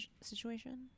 situation